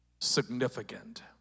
significant